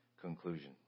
conclusion